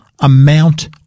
amount